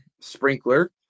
sprinkler